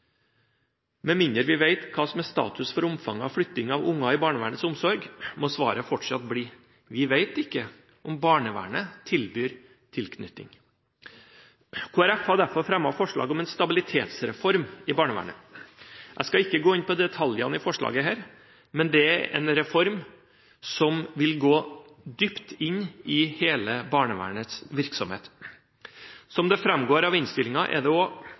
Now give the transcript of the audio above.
Med mindre vi vet hva som er status for omfanget av flytting av barn i barnevernets omsorg, må svaret fortsatt bli: Vi vet ikke om barnevernet tilbyr tilknytning. Kristelig Folkeparti har derfor fremmet forslag om en stabilitetsreform i barnevernet. Jeg skal ikke gå inn på detaljene i forslaget her, men det er en reform som vil gå dypt inn i hele barnevernets virksomhet. Som det framgår av innstillingen, er det